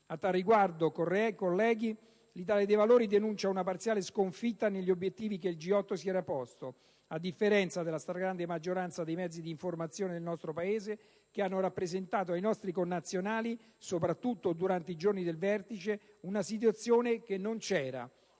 A tale riguardo, colleghi, l'Italia dei Valori denuncia una parziale sconfitta negli obiettivi che il G8 si era posto, a differenza della stragrande maggioranza dei mezzi di informazione del nostro Paese, che hanno rappresentato ai nostri connazionali, soprattutto durante i giorni del vertice, una situazione che non c'era: